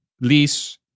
lease